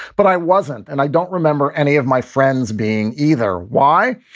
but i wasn't and i don't remember any of my friends being either. why?